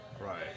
Right